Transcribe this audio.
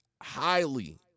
highly